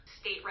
state